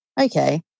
okay